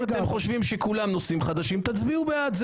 אם אתם חושבים שכולם נושאים חדשים, תצביעו בעד.